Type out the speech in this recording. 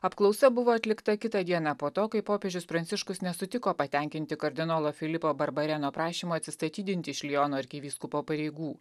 apklausa buvo atlikta kitą dieną po to kai popiežius pranciškus nesutiko patenkinti kardinolo filipo barbareno prašymą atsistatydinti iš liono arkivyskupo pareigų